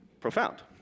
Profound